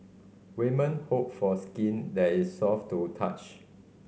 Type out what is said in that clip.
women hope for skin that is soft to touch